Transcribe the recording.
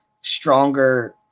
stronger